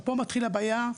פה מתחילה הבעיה,